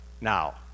now